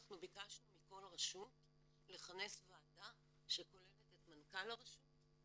ביקשנו מכל רשות לכנס ועדה שכוללת את מנכ"ל הרשות,